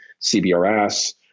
CBRS